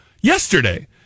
yesterday